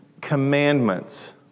commandments